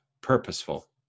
purposeful